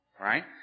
right